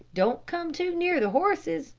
don't come too near the horses,